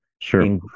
sure